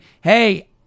hey